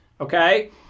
Okay